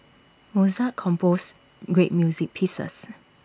Mozart composed great music pieces